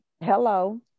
Hello